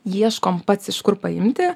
ieškom pats iš kur paimti